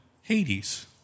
Hades